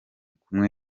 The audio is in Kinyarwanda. kumwe